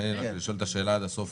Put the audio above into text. תן לי רק לשאול את השאלה עד הסוף,